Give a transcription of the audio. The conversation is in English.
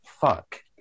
Fuck